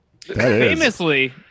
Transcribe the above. Famously